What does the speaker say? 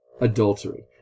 adultery